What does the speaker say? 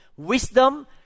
Wisdom